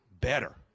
better